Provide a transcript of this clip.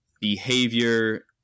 behavior